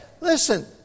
listen